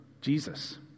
Jesus